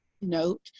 note